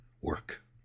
Work